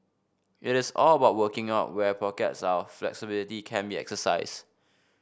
it is all about working out where pockets of flexibility can be exercised